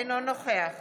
אינו נוכח